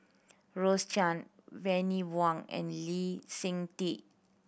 Rose Chan Bani Buang and Lee Seng Tee